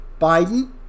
Biden